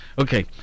Okay